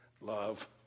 love